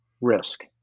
risk